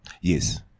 Yes